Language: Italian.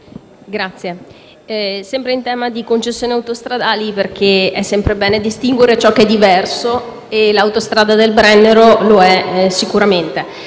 intervenire sul tema delle concessioni autostradali, perché è sempre bene distinguere ciò che è diverso e l'Autostrada del Brennero sicuramente